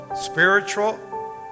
spiritual